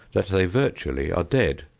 that they virtually are dead.